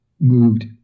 moved